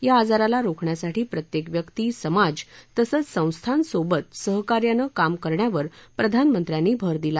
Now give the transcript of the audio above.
या आजाराला रोखण्यासाठी प्रत्यक्तीव्यक्ती समाज तसंव संस्थांसोबत सहकार्यानं काम करण्यावर प्रधानमंत्र्यांनी भर दिला